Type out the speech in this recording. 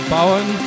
Bowen